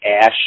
ash